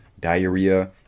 diarrhea